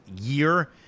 year